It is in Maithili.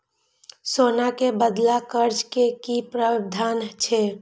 सोना के बदला कर्ज के कि प्रावधान छै?